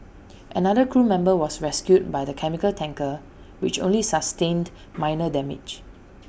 another crew member was rescued by the chemical tanker which only sustained minor damage